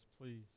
please